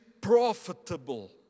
profitable